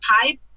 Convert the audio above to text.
pipe